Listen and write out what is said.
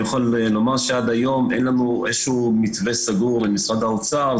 אני יכול לומר שעד היום אין איזשהו מתווה סגור למשרד האוצר.